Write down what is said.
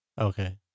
Okay